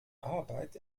arbeit